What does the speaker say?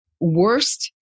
worst